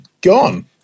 gone